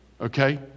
Okay